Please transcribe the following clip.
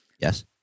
Yes